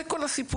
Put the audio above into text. זה כל הסיפור.